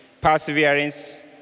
perseverance